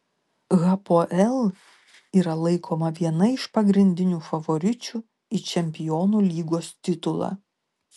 hapoel yra laikoma viena iš pagrindinių favoričių į čempionų lygos titulą